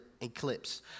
eclipse